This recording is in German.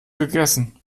gegessen